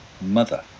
mother